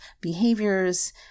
behaviors